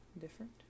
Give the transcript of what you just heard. different